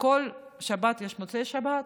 לכל שבת יש מוצאי שבת.